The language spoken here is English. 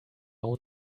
own